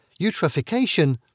eutrophication